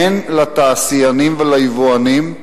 הן לתעשיינים וליבואנים,